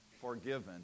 forgiven